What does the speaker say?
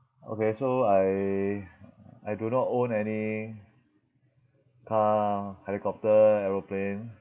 okay so I I do not own any car helicopter aeroplane